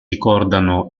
ricordano